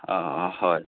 অঁ অঁ হয়